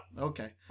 Okay